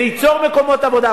זה ייצור מקומות עבודה.